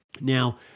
Now